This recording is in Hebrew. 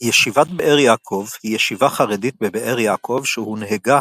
ישיבת באר יעקב היא ישיבה חרדית בבאר יעקב שהונהגה